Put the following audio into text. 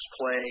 play